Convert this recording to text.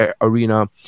arena